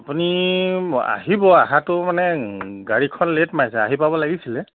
আপুনি আহিব অহাটো মানে গাড়ীখন লে'ট মাৰিছে আহি পাব লাগিছিলে